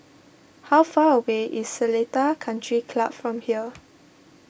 how far away is Seletar Country Club from here